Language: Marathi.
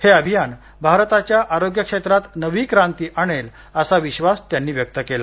हे अभियान भारताच्या आरोग्यक्षेत्रात नवी क्रांती आणेल असा विश्वास त्यांनी व्यक्त केला